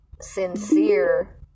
sincere